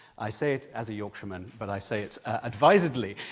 i say it as a yorkshireman, but i say it advisedly.